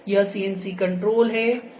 यह CNC control है